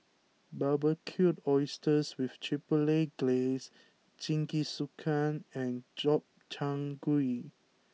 Barbecued Oysters with Chipotle Glaze Jingisukan and Gobchang Gui